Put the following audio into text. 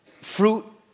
Fruit